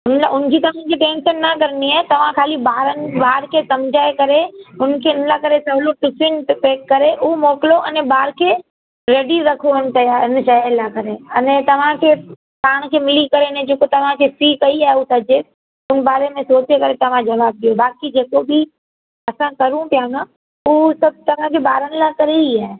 हिन लाइ हुन जी त तव्हांखे टैंशन न करिणी आहे तव्हां ख़ाली ॿारनि ॿारु खे समुझाए करे हुन खे हिन लाइ सवलो टिफिन त पैक करे उहो मोकिलियो अने ॿारु खे रैडी रखो हिन जे लाइ करे अने तव्हांखे पाण खे मिली करे हिन खे जेको तव्हांखे फी कई आहे उहो सॼे हिन बारे में सोचे करे तव्हां जवाबु ॾियो बाक़ी जेको बि असां करियूं पिया न उहो सभु तव्हांखे ॿारनि लाइ करे ई आहे